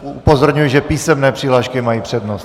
Upozorňuji, že písemné přihlášky mají přednost.